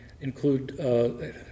Include